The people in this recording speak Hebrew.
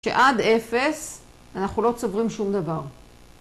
שעד אפס אנחנו לא צוברים שום דבר.